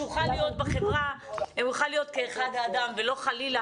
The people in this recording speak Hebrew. הוא יוכל להיות בוגר בחברה כאחד האדם ולא חלילה